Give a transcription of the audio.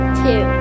two